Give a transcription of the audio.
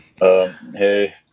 hey